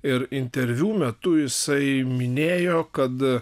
ir interviu metu jisai minėjo kad